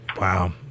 Wow